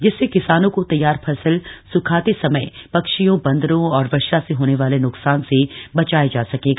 जिससे किसानों को तैयार फसल सुखाते समय पक्षियों बन्दरों और वर्षा से होने वाले न्कसान से बचाया जा सकेगा